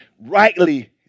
Rightly